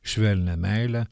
švelnią meilę